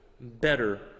better